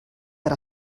per